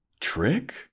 trick